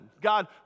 God